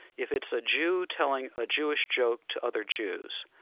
if it's a jew telling a jewish joke to other jews,